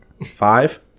Five